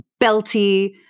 belty